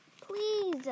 please